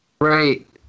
Right